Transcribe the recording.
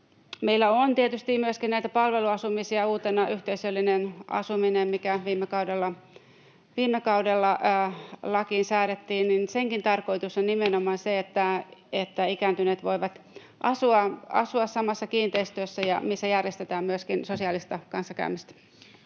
Meillä on tietysti myöskin näitä palveluasumisia, uutena yhteisöllinen asuminen, mikä viime kaudella lakiin säädettiin. Senkin tarkoitus on nimenomaan se, että ikääntyneet voivat asua samassa kiinteistössä, missä järjestetään myöskin sosiaalista kanssakäymistä.